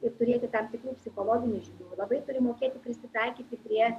ir turėti tam tikrų psichologinių žinių labai turi mokėti prisitaikyti prie